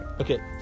Okay